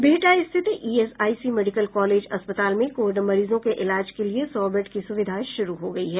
बिहटा स्थित ESIC medical college अस्पताल में कोविड मरीजों के इलाज के लिये सौ बेड की सुविधा शुरू हो गयी है